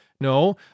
No